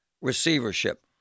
receivership